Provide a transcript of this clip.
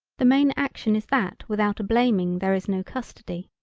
the main action is that without a blaming there is no custody.